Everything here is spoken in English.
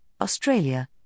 Australia